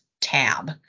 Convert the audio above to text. tab